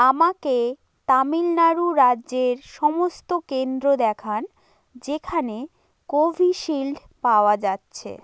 আমাকে তামিলনাড়ু রাজ্যের সমস্ত কেন্দ্র দেখান যেখানে কোভিশিল্ড পাওয়া যাচ্ছে